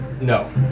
no